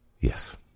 Yes